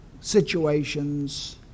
situations